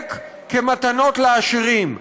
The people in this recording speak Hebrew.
לחלק כמתנות לעשירים.